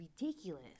ridiculous